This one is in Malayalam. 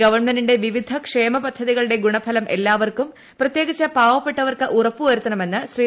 ഗവൺമെന്റിന്റെ വിവിധ ക്ഷേമപദ്ധതികളുടെ ഗുണഫലം എല്ലാവർക്കും പ്രത്യേകിച്ച് പാവപ്പെട്ടവർക്ക് ഉറപ്പുവരുത്തണമെന്ന് ശ്രീ